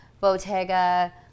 Bottega